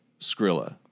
Skrilla